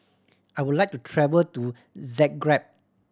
I would like to travel to Zagreb